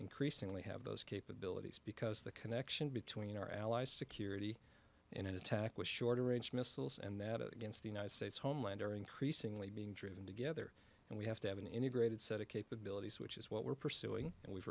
increasingly have those capabilities because the connection between our allies security in an attack with shorter range missiles and that against the united states homeland are increasingly being driven together and we have to have an integrated set of capabilities which is what we're pursuing and we've